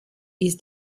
ist